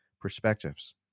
perspectives